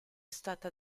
stata